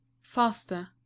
faster